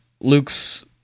Luke's